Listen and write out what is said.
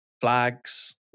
flags